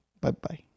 Bye-bye